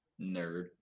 Nerd